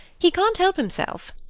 he can't help himself.